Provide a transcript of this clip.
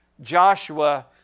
Joshua